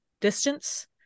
distance